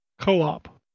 co-op